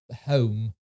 home